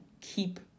keep